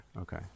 okay